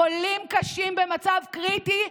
חולים קשים במצב קריטי?